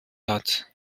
hat